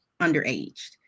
underaged